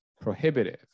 prohibitive